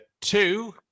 two